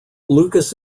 lucas